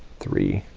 three,